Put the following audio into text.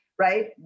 right